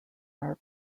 are